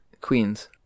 Queens